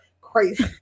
crazy